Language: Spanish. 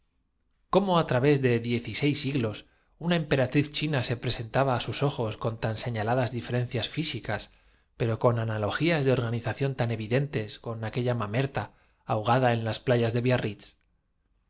cómo á través de diez y seis siglos una emperatriz es decirinterrogó el sobrino á quien el asunto china se presentaba á sus ojos con tan señaladas dife empezaba á interesar que la emperatriz por una se rencias físicas pero con analogías de organización tan rie de transmigraciones llegó en su última evolución evidentes con aquella mamerta ahogada en las playas á